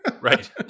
Right